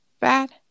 bad